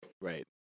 Right